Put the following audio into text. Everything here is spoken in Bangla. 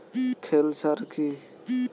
খৈল সার কি?